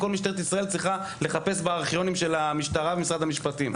כל משטרת ישראל צריכה לחפש בארכיונים של המשטרה ומשרד המשפטים.